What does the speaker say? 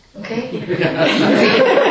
okay